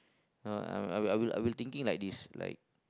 uh I will I will I will thinking like this like